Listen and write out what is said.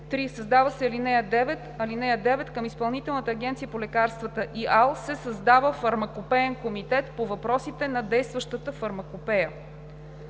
3. Създава се ал. 9: „(9) Към Изпълнителна агенция по лекарствата (ИАЛ) се създава Фармакопеен комитет по въпросите на действащата фармакопея.“